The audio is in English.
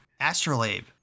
Astrolabe